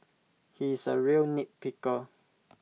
he is A real nitpicker